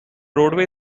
roadway